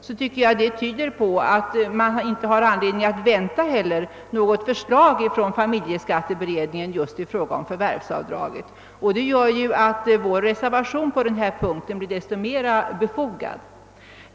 Jag tycker att detta tyder på att man inte heller kan vänta något förslag från familjeskatteberedningen just i fråga om förvärvsavdraget, och detta gör att vår reservation på denna punkt blir desto mera befogad.